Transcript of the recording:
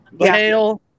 tail